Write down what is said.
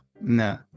No